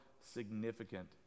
significant